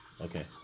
okay